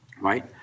right